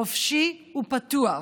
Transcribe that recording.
חופשי ופתוח.